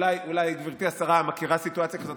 אולי גברתי השרה מכירה סיטואציה כזאת,